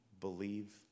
believe